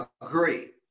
agree